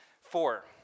Four